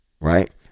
right